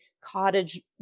cottage